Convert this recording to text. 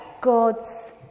God's